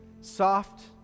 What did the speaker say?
soft